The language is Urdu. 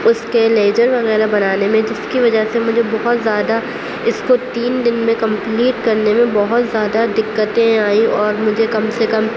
اس کے لیجر وغیرہ بنانے میں جس کی وجہ سے مجھے بہت زیادہ اس کو تین دن میں کمپلیٹ کرنے میں بہت زیادہ دقتیں آئیں اور مجھے کم سے کم